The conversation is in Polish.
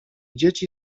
dzieci